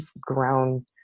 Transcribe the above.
grown